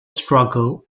struggle